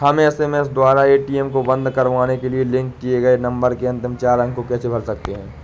हम एस.एम.एस द्वारा ए.टी.एम को बंद करवाने के लिए लिंक किए गए नंबर के अंतिम चार अंक को कैसे भर सकते हैं?